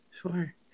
Sure